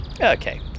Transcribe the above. Okay